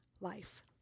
Life